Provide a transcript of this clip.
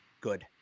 Good